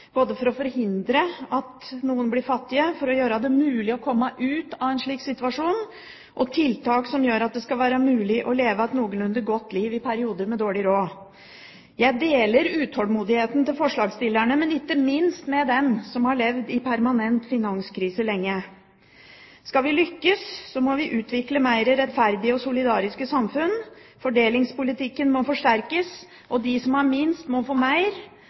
både for å forhindre at noen blir fattige og for å gjøre det mulig å komme ut av en slik situasjon. Det må være tiltak som gjør at det skal være mulig å leve et noenlunde godt liv i perioder med dårlig råd. Jeg deler utålmodigheten til forslagsstillerne, men ikke minst utålmodigheten til dem som har levd i permanent finanskrise lenge. Skal vi lykkes, må vi utvikle mer rettferdige og solidariske samfunn. Fordelingspolitikken må forsterkes. De som har minst, må få mer.